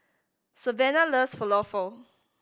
Savana loves Falafel